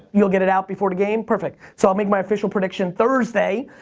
you'll get it out before the game, perfect so i'll make my official prediction thursday.